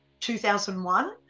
2001